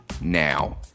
now